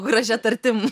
gražia tartim